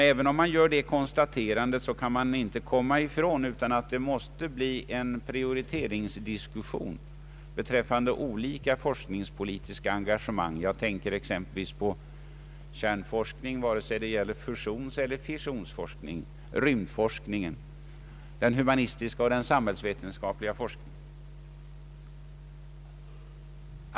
även om man gör det konstaterandet, kan man inte komma ifrån att det måste bli en prioriteringsdiskussion beträffande olika forskningspolitiska engagemang. Jag tänker exempelvis på kärnforskning, antingen det gäller fusionseller fissionsforskning, rymdforskning, humanistisk eller samhällsvetenskaplig forskning.